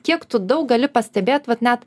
kiek tu daug gali pastebėt vat net